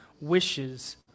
wishes